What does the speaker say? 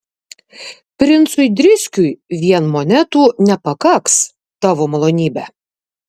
princui driskiui vien monetų nepakaks tavo malonybe